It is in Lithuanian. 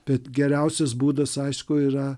bet geriausias būdas aišku yra